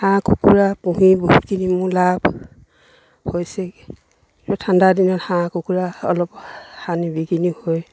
হাঁহ কুকুৰা পুহি বহুতখিনি মোৰ লাভ হৈছে কিন্তু ঠাণ্ডা দিনত হাঁহ কুকুৰা অলপ হানি বিঘিনি হয়